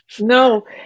No